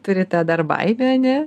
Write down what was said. turi tą dar baimę ar ne